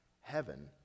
Heaven